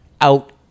out